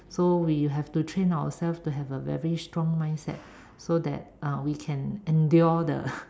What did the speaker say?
so we have to train ourselves to have a very strong mindset so that uh we can endure the